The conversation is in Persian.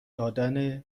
دادن